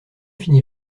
fini